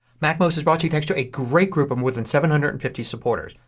macmost is brought to you thanks to a great group of more than seven hundred and fifty supporters.